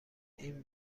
این